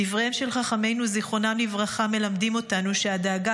דבריהם של חכמינו ז"ל מלמדים אותנו שהדאגה